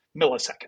milliseconds